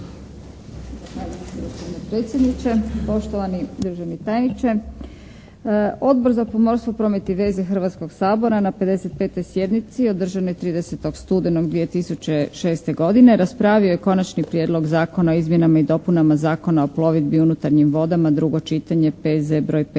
Odbor za pomorstvo, promet i veze Hrvatskog sabora na 55. sjednici održanoj 30. studenog 2006. godine raspravio je Konačni prijedlog Zakona o izmjenama i dopunama Zakona o plovidbi unutarnjim vodama, drugo čitanje, P.Z. br. 512.